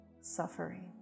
suffering